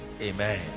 Amen